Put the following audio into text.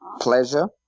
pleasure